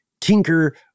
tinker